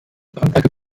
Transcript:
bamberger